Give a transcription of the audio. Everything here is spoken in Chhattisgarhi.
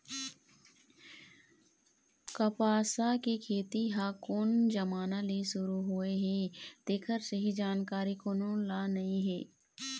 कपसा के खेती ह कोन जमाना ले सुरू होए हे तेखर सही जानकारी कोनो ल नइ हे